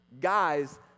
guys